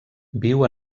viu